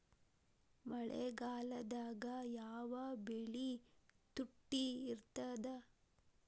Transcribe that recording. ಮಳೆಗಾಲದಾಗ ಯಾವ ಬೆಳಿ ತುಟ್ಟಿ ಇರ್ತದ?